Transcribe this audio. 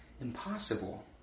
impossible